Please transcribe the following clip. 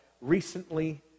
recently